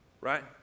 right